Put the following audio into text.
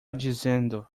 dizendo